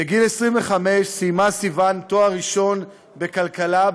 בגיל 25 סיימה סיוון תואר ראשון בכלכלה,